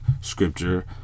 scripture